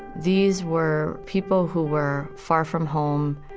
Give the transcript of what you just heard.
these were people who were far from home,